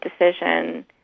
decision